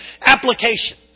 Application